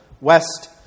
west